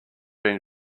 been